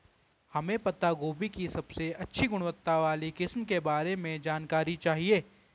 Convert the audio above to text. हमें पत्ता गोभी की सबसे अच्छी गुणवत्ता वाली किस्म के बारे में जानकारी चाहिए?